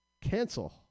cancel